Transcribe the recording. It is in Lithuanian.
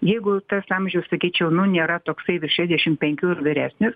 jeigu tas amžius sakyčiau nu nėra toksai virš šešdešim penkių ir vyresnis